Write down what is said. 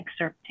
excerpting